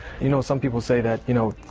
you know, some people say that, you know,